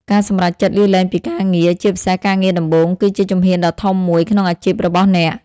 ការសម្រេចចិត្តលាលែងពីការងារ ជាពិសេសការងារដំបូង គឺជាជំហានដ៏ធំមួយក្នុងអាជីពរបស់អ្នក។